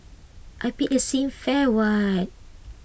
I paid the same fare what